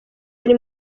ari